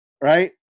right